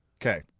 Okay